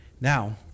Now